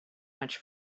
much